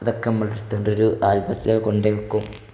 ഇതൊക്കെ നമ്മൾ എടുത്തൊണ്ടൊരു ആൽബത്തില് കൊണ്ടയ്ക്കും